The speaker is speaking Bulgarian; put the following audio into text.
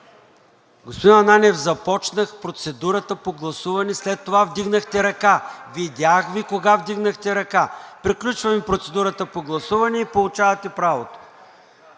Господин Ананиев, започнах процедурата по гласуване, след това вдигнахте ръка. Видях Ви кога вдигнахте ръка. Приключваме процедурата по гласуване и получавате правото.